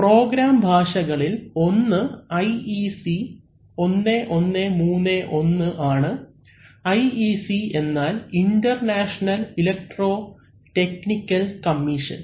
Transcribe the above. programme ഭാഷകളിൽ ഒന്ന് IEC 1131 ആണ് IEC എന്നാൽ ഇൻറർനാഷണൽ ഇലക്ട്രോ ടെക്നിക്കൽ കമ്മീഷൻ